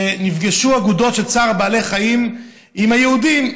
שנפגשו אגודות של צער בעלי חיים עם היהודים,